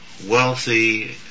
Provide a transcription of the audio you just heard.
wealthy